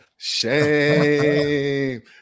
Shame